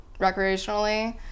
recreationally